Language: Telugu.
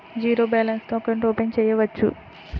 జీరో బాలన్స్ తో అకౌంట్ ఓపెన్ చేయవచ్చు?